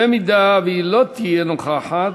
אם היא לא תהיה נוכחת,